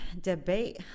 debate